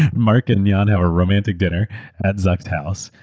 and mark and jan have a romantic dinner at zuckaeurs house.